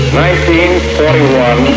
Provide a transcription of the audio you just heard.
1941